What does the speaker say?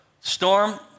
Storm